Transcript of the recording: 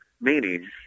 meaning